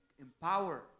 empower